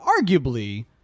arguably